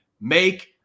make